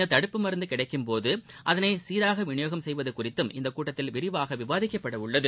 இந்த தடுப்பு மருந்து கிடைக்கும்போது அதனை சீராக விநியோகம் செய்வது குறித்தும் இக்கூட்டத்தில் விரிவாக விவாதிக்கப்பட உள்ளது